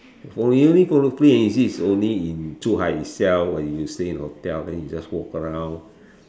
for free and easy is only in Zhuhai itself when you stay in hotel then you just walk around